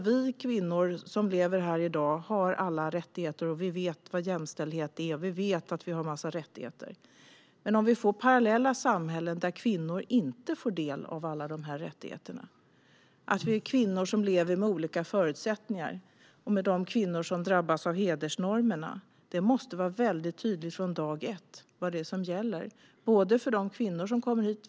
Vi kvinnor som lever i Sverige i dag har alla rättigheter, och vi vet vad jämställdhet är och att vi har en mängd rättigheter. Men det skapas parallella samhällen där kvinnor inte får del av dessa rättigheter. Det finns kvinnor som lever med olika förutsättningar, och kvinnor drabbas av hedersnormer. Det måste vara tydligt från dag ett vad som gäller i fråga om rättigheter för de kvinnor som kommer hit.